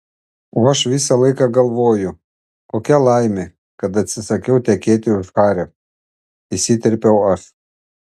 o aš visą laiką galvoju kokia laimė kad atsisakiau tekėti už hario įsiterpiau aš